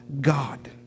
God